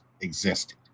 existed